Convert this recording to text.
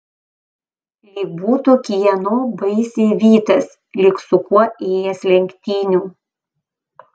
lyg būtų kieno baisiai vytas lyg su kuo ėjęs lenktynių